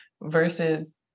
versus